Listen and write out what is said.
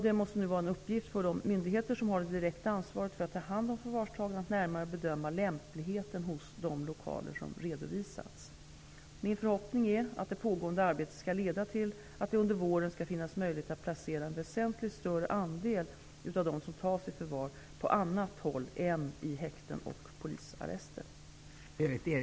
Det måste nu vara en uppgift för de myndigheter som har det direkta ansvaret för att ta hand om förvarstagna att närmare bedöma lämpligheten hos de lokaler som redovisats. Min förhoppning är att det pågående arbetet skall leda till att det under våren skall finnas möjligheter att placera en väsentligt större andel av de som tas i förvar på annat håll än i häkten och polisarrester.